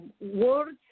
words